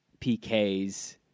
PKs